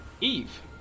Eve